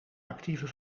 actieve